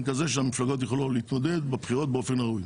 כזה שהמפלגות יכולות להתמודד באופן הראוי.